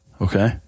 Okay